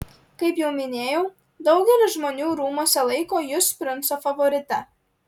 kaip jau minėjau daugelis žmonių rūmuose laiko jus princo favorite